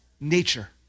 nature